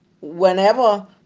Whenever